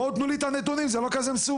בואו תתנו לי את הנתונים זה לא כזה מסובך.